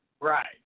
Right